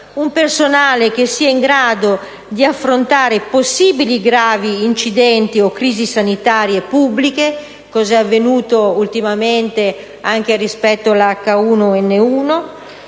un personale in grado di affrontare possibili gravi incidenti o crisi sanitarie pubbliche, come è avvenuto ultimamente rispetto all'H1N1.